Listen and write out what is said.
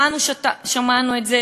"כולנו שמענו את זה.